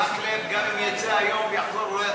מקלב, גם אם יצא היום ויחזור, הוא לא יצליח,